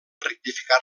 rectificar